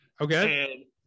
okay